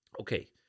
Okay